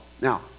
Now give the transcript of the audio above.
Now